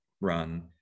run